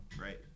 right